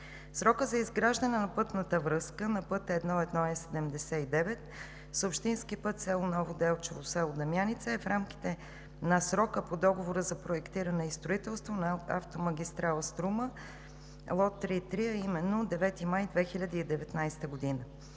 Срокът за изграждане на пътната връзка на път 1.1. Е-79 с общински път село Ново Делчево – село Дамяница е в рамките на срока по Договора за проектиране и строителство на автомагистрала „Струма“ лот 3.3, а именно 9 май 2019 г.